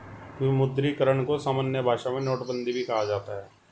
विमुद्रीकरण को सामान्य भाषा में नोटबन्दी भी कहा जाता है